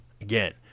again